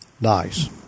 Nice